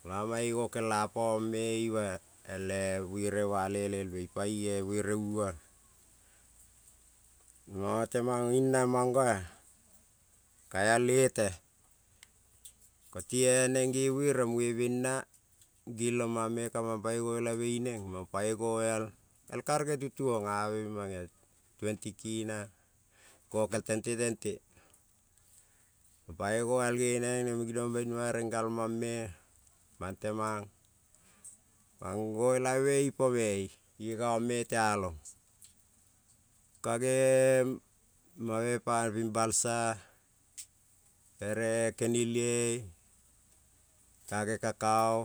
kolo mane no kel a pome ima-buere ula lelebe ibuere uo mo temani namono kal al lete. Koti nen ne buere ne bena giloman me ka mang panoi no elabe me inena. Panoi na al el karege tituo a twenty kina ko nen nokel tente tente nang panoi noial nenen ginon banima me rengal manme mang temon. panoi no elabe i nome tealon gane ema me ping balsa ere kenelie ere karao.